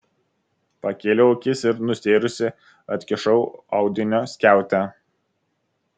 pakėliau akis ir nustėrusi atkišau audinio skiautę